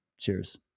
Cheers